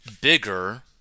bigger